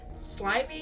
Slimy